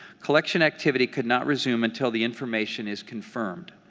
collection activity could not resume until the information is confirmed.